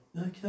Okay